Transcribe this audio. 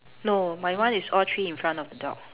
no my one is all three in front of the dog